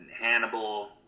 Hannibal